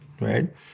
right